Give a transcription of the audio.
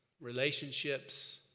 relationships